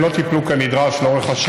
החליט לפטר את הנהגת שעבדה עם הממונה